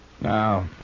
Now